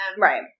Right